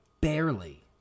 barely